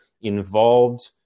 involved